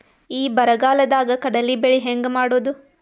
ಈ ಬರಗಾಲದಾಗ ಕಡಲಿ ಬೆಳಿ ಹೆಂಗ ಮಾಡೊದು?